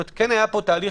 היה פה תהליך,